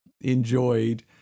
enjoyed